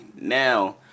Now